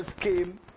came